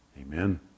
amen